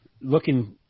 Looking